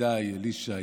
ידידיי אלישע,